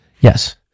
yes